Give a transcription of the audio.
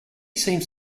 seems